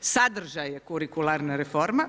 sadržaj je kurikularna reforma.